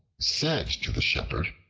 said to the shepherd,